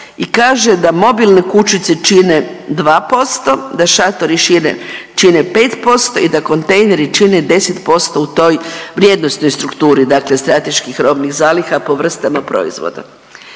i kaže da mobilne kućice čine 2%, da šatori čine 5% i da kontejneri čine 10% u toj vrijednosnoj strukturi strateških robnih zaliha po vrstama proizvoda.